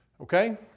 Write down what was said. Okay